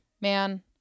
man